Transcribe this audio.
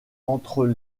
entre